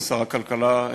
שר הכלכלה,